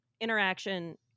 interaction